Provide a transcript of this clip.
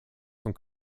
von